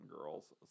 Girls